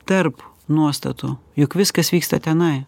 tarp nuostatų juk viskas vyksta tenai